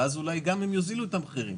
ואולי היזמים יוזילו את המחירים.